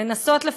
לנסות,